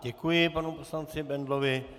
Děkuji panu poslanci Bendlovi.